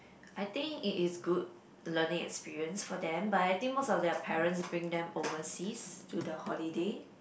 I think it is good learning experience for them but I think most of their parents bring them overseas to the holiday